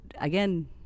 again